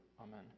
Amen